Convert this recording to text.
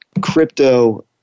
crypto